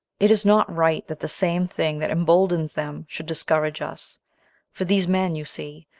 it is not right that the same thing that emboldens them should discourage us for these men, you see,